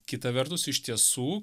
kita vertus iš tiesų